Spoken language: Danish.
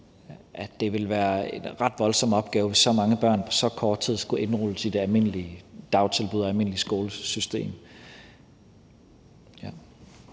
at det ville være en ret voldsom opgave, hvis så mange børn på så kort tid skulle indrulles i det almindelige dagtilbud og det